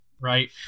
right